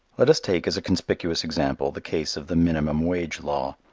let us take, as a conspicuous example, the case of the minimum wage law.